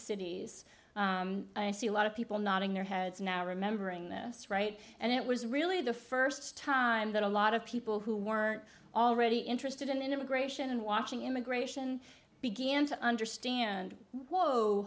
cities i see a lot of people nodding their heads now remembering this right and it was really the first time that a lot of people who weren't already interested in immigration and watching immigration began to understand whoa